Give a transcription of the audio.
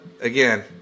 Again